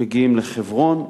מגיעים לחברון,